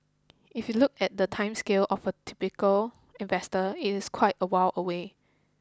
if you look at the time scale of a typical investor it's quite a while away